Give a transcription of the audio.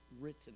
written